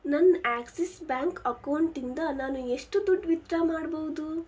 ನನ್ನ ಆ್ಯಕ್ಸಿಸ್ ಬ್ಯಾಂಕ್ ಅಕೌಂಟಿಂದ ನಾನು ಎಷ್ಟು ದುಡ್ಡು ವಿತ್ಡ್ರಾ ಮಾಡ್ಬೌದು